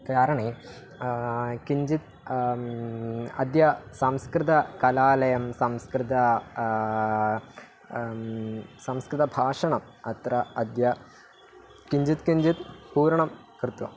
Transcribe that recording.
कारणं किञ्चित् अद्य संस्कृतकलालयं संस्कृतं संस्कृते भाषणम् अत्र अद्य किञ्चित् किञ्चित् पूर्णं कृत्वा